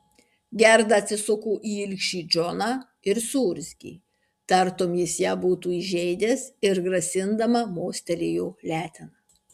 gerda atsisuko į ilgšį džoną ir suurzgė tartum jis ją būtų įžeidęs ir grasindama mostelėjo letena